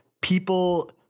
people